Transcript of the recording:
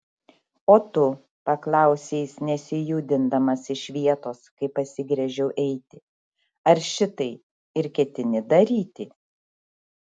o tu paklausė jis nesijudindamas iš vietos kai pasigręžiau eiti ar šitai ir ketini daryti